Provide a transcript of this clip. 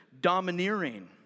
domineering